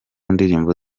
ndirimbo